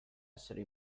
essere